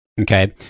Okay